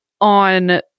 on